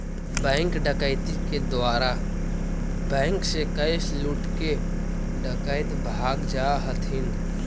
bank डकैती के द्वारा बैंक से कैश लूटके डकैत भाग जा हथिन